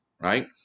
right